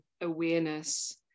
awareness